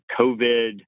COVID